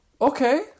okay